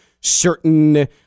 certain